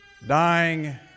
Dying